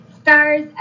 stars